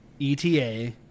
ETA